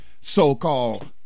so-called